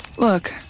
Look